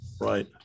Right